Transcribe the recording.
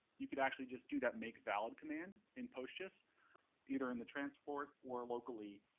you could actually just do that make valid command in postgis either in the transport or locally.